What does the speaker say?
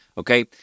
Okay